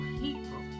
people